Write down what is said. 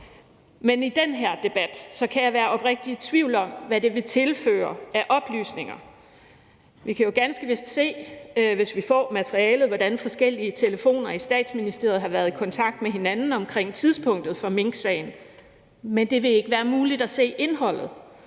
den her debat kan jeg være oprigtigt i tvivl om, hvad det vil tilføre af oplysninger. Vi kan jo ganske vist se, hvis vi får materialet, hvordan forskellige telefoner i Statsministeriet har været i kontakt med hinanden omkring tidspunktet for minksagen. Men det vil ikke være muligt at se indholdet,